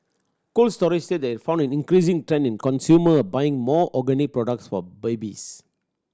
Cold Storage said it found an increasing trend in consumer buying more organic products for babies